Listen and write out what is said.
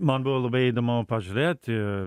man buvo labai įdomu pažiūrėti